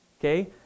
Okay